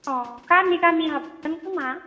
अ गामि गामि हाबगोनखोमा